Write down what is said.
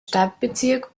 stadtbezirk